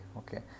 okay